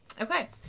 Okay